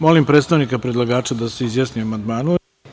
Molim predstavnika predlagača da se izjasni o amandmanu.